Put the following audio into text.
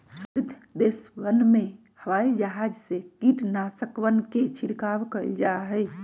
समृद्ध देशवन में हवाई जहाज से कीटनाशकवन के छिड़काव कइल जाहई